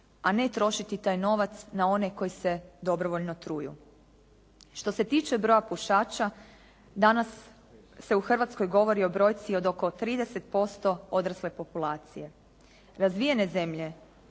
a ne trošiti taj novac na one koji se dobrovoljno truju. Što se tiče broja pušača danas se u Hrvatskoj govori o brojci od oko 30% odrasle populacije. Razvijene zemlje